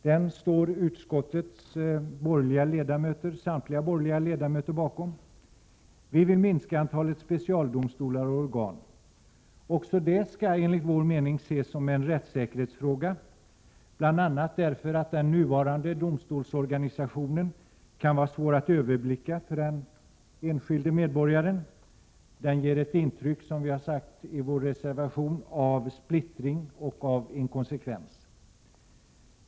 Den står utskottets samtliga borgerliga ledamöter bakom. Vi vill minska antalet specialdomstolar och organ. Också det skall enligt vår mening ses som en rättssäkerhetsfråga, bl.a. därför att den nuvarande domstolsorganisationen kan vara svår att överblicka för den enskilde medborgaren; den ger ett intryck av splittring och inkonsekvens.